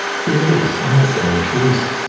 here it is on my seven inch wrist.